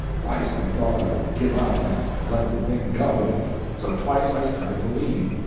twice i thought i would give up and let the thing go so twice i started to leave,